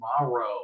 tomorrow